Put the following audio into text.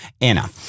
Anna